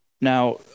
Now